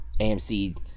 AMC